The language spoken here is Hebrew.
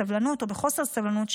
בסבלנות או בחוסר סבלנות,